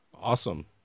awesome